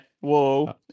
Whoa